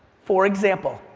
for example,